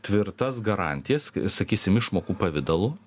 tvirtas garantijas sakysim išmokų pavidalu